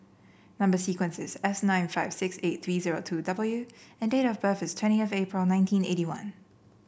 number sequence is S nine five six eight three zero two W and date of birth is twenty of April nineteen eighty one